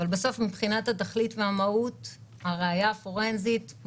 אבל בסוף מבחינת התכלית והמהות, מטרת